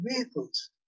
vehicles